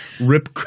rip